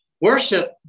Worship